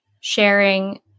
sharing